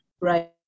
right